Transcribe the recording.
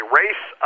race